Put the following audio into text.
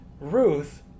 Ruth